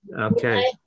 Okay